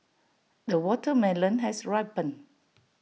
the watermelon has ripened